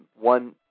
one